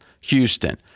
Houston